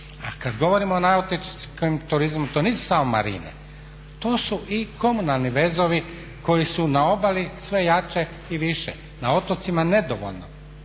A kad govorimo o nautičkom turizmu to nisu samo marine, to su i komunalni vezovi koji su na obali sve jače i više, na otocima nedovoljno